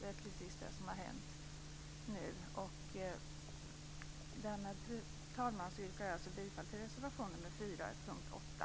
Det är precis det som har hänt nu. Därmed, fru talman, yrkar jag alltså bifall till reservation nr 4 under punkt 8.